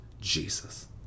Jesus